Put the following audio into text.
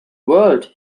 world